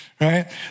Right